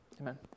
amen